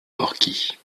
orchies